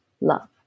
love